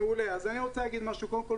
קודם כל,